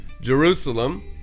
Jerusalem